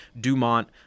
Dumont